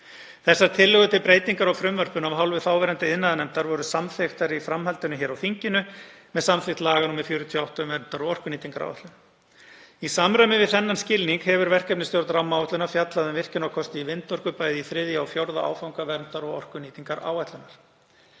Þessar tillögur til breytinga á frumvarpinu af hálfu þáverandi iðnaðarnefndar voru samþykktar í framhaldinu á þinginu með samþykkt laga um verndar- og orkunýtingaráætlun. Í samræmi við þennan skilning hefur verkefnisstjórn rammaáætlunar fjallað um virkjunarkosti í vindorku bæði í 3. og 4. áfanga verndar- og orkunýtingaráætlunar.